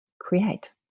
create